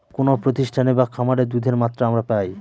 কোনো প্রতিষ্ঠানে বা খামারে দুধের মাত্রা আমরা পাই